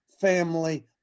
Family